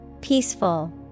Peaceful